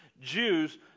Jews